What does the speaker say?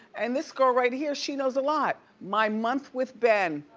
and this girl right here, she knows a lot. my month with ben.